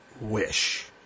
wish